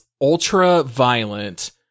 ultra-violent